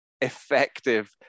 effective